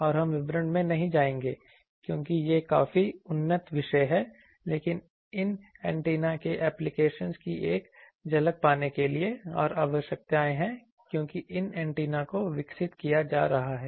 और हम विवरण में नहीं जाएंगे क्योंकि ये काफी उन्नत विषय हैं लेकिन इन एंटेना के एप्लीकेशन की एक झलक पाने के लिए और आवश्यकताएं हैं कि क्यों इन एंटेना को विकसित किया जा रहा है